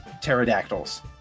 pterodactyls